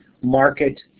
market